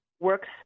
works